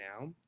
now